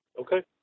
Okay